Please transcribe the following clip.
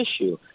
issue